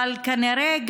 אבל כנראה,